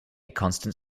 constant